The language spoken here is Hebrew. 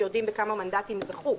כשיודעים בכמה מנדטים זכו,